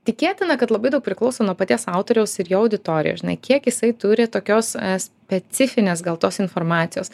tikėtina kad labai daug priklauso nuo paties autoriaus ir jo auditorijos žinai kiek jisai turi tokios specifinės gal tos informacijos